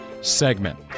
segment